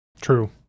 true